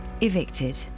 evicted